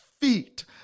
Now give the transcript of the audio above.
feet